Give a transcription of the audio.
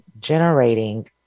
generating